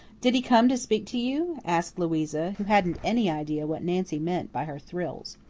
did he come to speak to you? asked louisa, who hadn't any idea what nancy meant by her thrills.